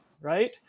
right